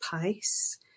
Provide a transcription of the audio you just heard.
pace